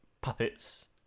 puppets